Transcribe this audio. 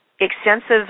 extensive